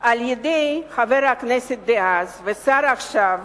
על-ידי חבר הכנסת דאז והשר עכשיו,